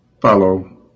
follow